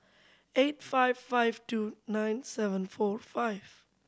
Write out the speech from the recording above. eight five five two nine seven four five